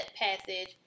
passage